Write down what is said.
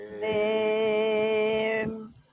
name